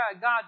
God